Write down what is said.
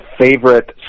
favorite